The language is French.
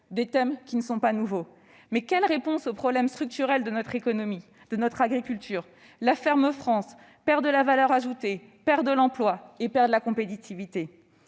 Des thèmes qui ne sont pas nouveaux. Mais quelles sont les réponses aux problèmes structurels de notre agriculture ? La ferme France perd de la valeur ajoutée, de l'emploi et de la compétitivité.